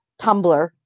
Tumblr